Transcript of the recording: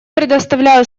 предоставляю